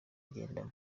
agendamo